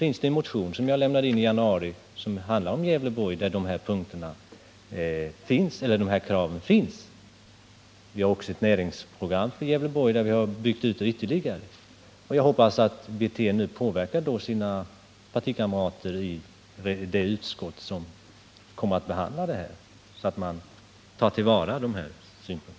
I en motion, som jag lämnade in i januari och som handlar om Gävleborg, finns de här kraven. Vi har också ett näringsprogram för Gävleborg, där vi har byggt ut förslagen ytterligare. Jag hoppas att Rolf Wirtén nu påverkar sina partikamrater i det utskott som kommer att behandla dessa frågor, så att man tar till vara de här förslagen.